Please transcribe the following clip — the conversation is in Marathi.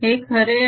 हे खरे आहे